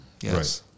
Yes